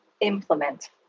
implement